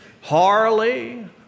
Harley